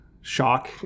shock